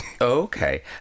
Okay